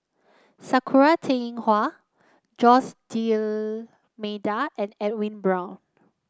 Sakura Teng Ying Hua Jose D'Almeida and Edwin Brown